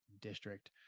district